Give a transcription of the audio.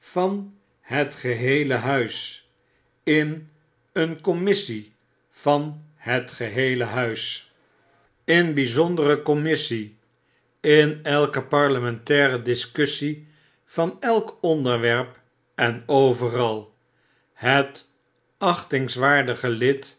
van het geheele huis in een commissie van het geheele huis flpwpi mmmmmmmmmmmmmmttmmm ovekdrukken in by zondere commissie in elke parlementaire discussie van elk onderwerp en overal hetachtingswaardige lid